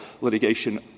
litigation